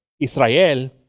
Israel